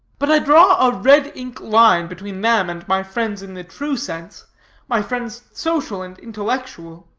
but i draw a red-ink line between them and my friends in the true sense my friends social and intellectual.